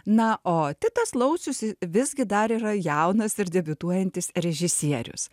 na o titas laucius visgi dar yra jaunas ir debiutuojantis režisierius